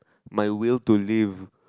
my will to live